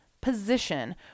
position